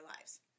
lives